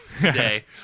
today